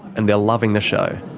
and they're loving the show.